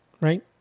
Right